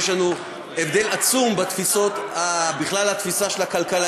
יש לנו הבדל עצום בתפיסות, בכלל בתפיסה של הכלכלה.